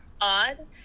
Odd